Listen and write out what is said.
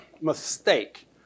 mistake